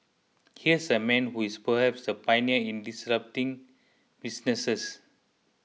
here's a man who is perhaps the pioneer in disrupting businesses